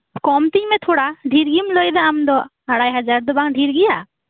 ᱠᱚᱢᱛᱤᱧ ᱢᱮ ᱛᱷᱚᱲᱟ ᱫᱷᱮᱨᱜᱮᱢ ᱞᱟᱹᱭ ᱮᱫᱟ ᱟᱢᱫᱚ ᱟᱲᱟᱭ ᱦᱟᱡᱟᱨ ᱫᱚ ᱵᱟᱝ ᱫᱷᱮᱨᱜᱮᱭᱟ